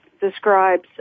describes